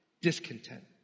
discontent